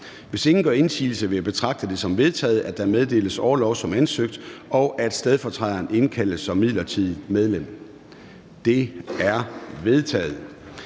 Hvis ingen gør indsigelse, vil jeg betragte det som vedtaget, at der meddeles orlov som ansøgt, og at stedfortræderen indkaldes som midlertidigt medlem. Det er vedtaget.